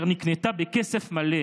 נקנתה בכסף מלא